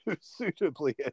suitably